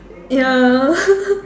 ya